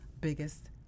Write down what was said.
biggest